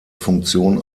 funktion